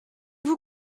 vous